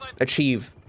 achieve